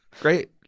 Great